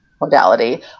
modality